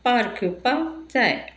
पारखेवपाक जाय